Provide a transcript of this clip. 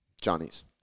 Johnny's